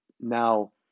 now